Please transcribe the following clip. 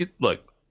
look